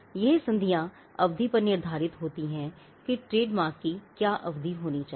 यह संधियां अवधि पर निर्धारित होती हैं कि ट्रेडमार्क की क्या अवधि होनी चाहिए